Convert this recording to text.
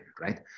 right